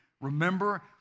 Remember